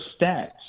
stats